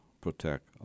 protect